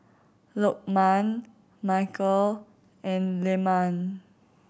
Lokman Mikhail and Leman